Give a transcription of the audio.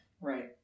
Right